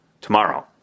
tomorrow